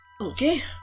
Okay